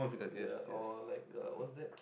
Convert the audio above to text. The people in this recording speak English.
ya or like uh what's that